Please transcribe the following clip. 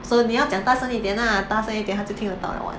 so 你要讲大声一点 lah 大声一点她就听得到 liao [what]